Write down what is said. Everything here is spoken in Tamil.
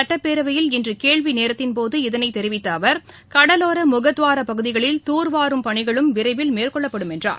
சட்டப்பேரவையில் இன்று கேள்விநேரத்தின்போது இதனை தெரிவித்த அவர் கடலோர முகத்துவார பகுதிகளில் தூர் வாரும் பணிகளும் விரைவில் மேற்கொள்ளப்படும் என்றார்